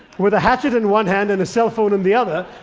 with a hatchet in one hand and a cell phone in the other,